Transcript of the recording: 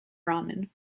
ramen